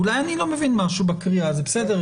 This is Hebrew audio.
אולי אני לא מבין משהו בקריאה, זה בסדר.